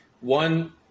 one